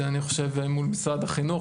זה אני חושב מול משרד החינוך,